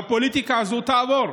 הפוליטיקה הזאת תעבור.